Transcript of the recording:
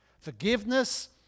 Forgiveness